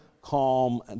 calm